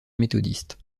méthodiste